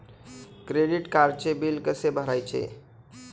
Credit कार्डचे bill कसे भरायचे?